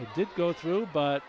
did go through but